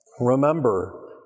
remember